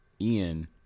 Ian